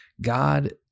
God